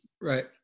Right